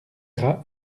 gras